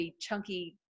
chunky